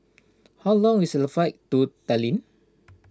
how long is the flight to Tallinn